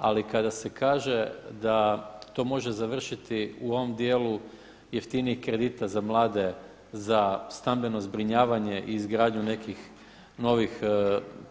Ali kada se kaže da to može završiti u ovom dijelu jeftinijih kredita za mlade, za stambeno zbrinjavanje i izgradnju nekih novih